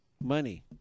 money